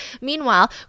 Meanwhile